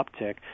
uptick